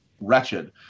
wretched